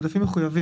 זה עודפים מחויבים.